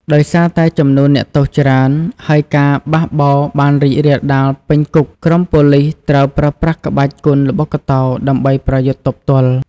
ដោយសារតែចំនួនអ្នកទោសច្រើន ហើយការបះបោរបានរីករាលដាលពេញគុក ក្រុមប៉ូលិសត្រូវប្រើប្រាស់ក្បាច់គុនល្បុក្កតោដើម្បីប្រយុទ្ធទប់ទល់។